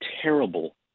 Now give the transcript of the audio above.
terrible